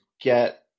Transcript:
get